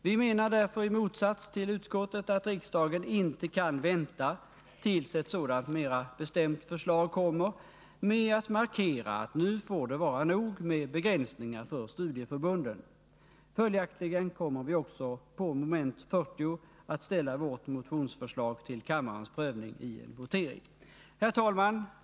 Vi menar därför i motsats till utskottet att riksdagen inte kan vänta, tills ett sådant mera bestämt förslag kommer, med att markera att nu får det vara nog med begränsningar för studieförbunden. Följaktligen kommer vi också att under mom. 40 föra fram vårt motionsförslag till kammarens prövning i en votering. Herr talman!